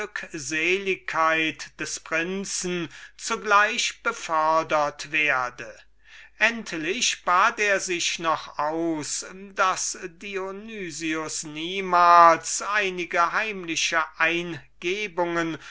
des prinzen zugleich befördert werde endlich bat er sich noch aus daß dionys niemals einige heimliche eingebungen